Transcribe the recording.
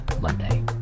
Monday